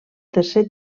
tercer